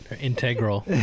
integral